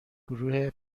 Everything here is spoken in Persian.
گروه